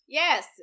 yes